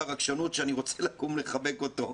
הרגשנות שאני רוצה לקום ולחבק אותו,